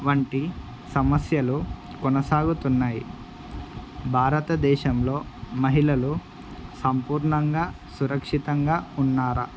వంటి సమస్యలు కొనసాగుతున్నాయి భారతదేశంలో మహిళలు సంపూర్ణంగా సురక్షితంగా ఉన్నారా